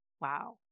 Wow